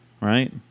right